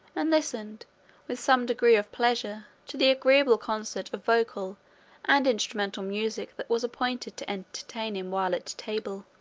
and listened with some degree of pleasure to the agreeable concert of vocal and instrumental music that was appointed to entertain him while at table.